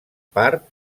part